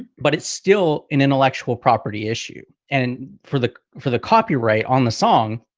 but it's still an intellectual property issue. and for the for the copyright on the song.